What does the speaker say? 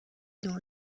dans